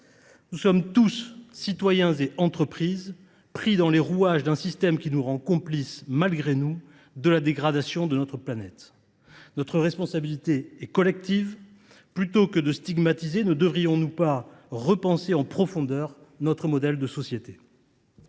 Nous sommes tous, citoyens et entreprises, pris dans les rouages d’un système qui nous rend complices malgré nous de la dégradation de notre planète. Notre responsabilité est collective. Plutôt que de stigmatiser, ne devrions nous pas repenser en profondeur notre modèle de société ?